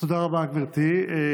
תודה רבה, גברתי.